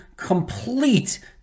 Complete